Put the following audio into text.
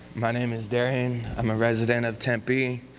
my name is darian. i'm a resident of tempe.